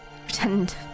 Pretend